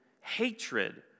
hatred